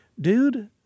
dude